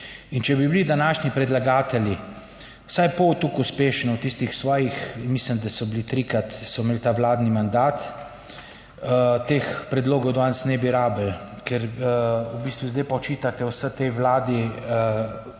če bi bili današnji predlagatelji vsaj pol toliko uspešni v tistih svojih, mislim, da so bili, trikrat so imeli ta vladni mandat, teh predlogov danes ne bi rabili, ker v bistvu zdaj pa očitate vsej tej Vladi,